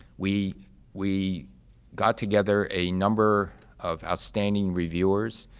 we we got together a number of outstanding reviewers